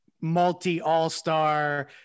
multi-all-star